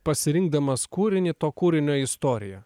pasirinkdamas kūrinį to kūrinio istorija